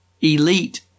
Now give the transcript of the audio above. elite